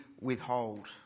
withhold